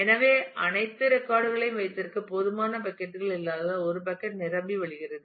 எனவே அனைத்து ரெக்கார்ட் களையும் வைத்திருக்க போதுமான பக்கட் கள் இல்லாததால் ஒரு பக்கட் நிரம்பி வழிகிறது